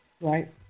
Right